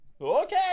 okay